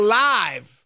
live